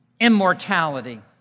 immortality